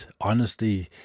honesty